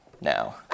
now